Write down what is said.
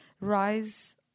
Rise